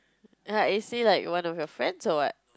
err is he like one of your friends or what